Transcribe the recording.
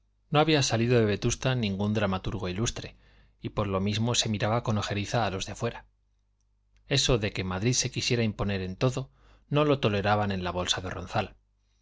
no había salido de vetusta ningún dramaturgo ilustre y por lo mismo se miraba con ojeriza a los de fuera eso de que madrid se quisiera imponer en todo no lo toleraban en la bolsa de ronzal